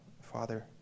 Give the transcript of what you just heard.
Father